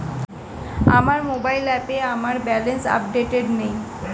আমার মোবাইল অ্যাপে আমার ব্যালেন্স আপডেটেড নেই